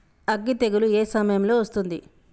అగ్గి తెగులు ఏ సమయం లో వస్తుంది?